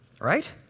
Right